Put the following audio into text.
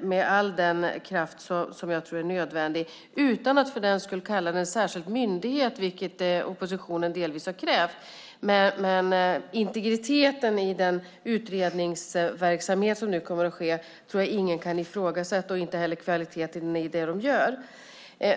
med all den kraft som jag tror är nödvändig. Det gör vi utan att för den skull kalla den en särskild myndighet, vilket oppositionen delvis har krävt. Integriteten i den utredningsverksamhet som nu kommer att ske tror jag ingen kan ifrågasätta och inte heller kvaliteten i det de gör.